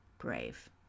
brave